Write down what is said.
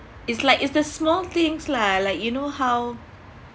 it's like it's the small things lah like you know how